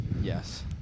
Yes